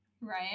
right